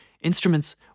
instruments